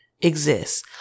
exists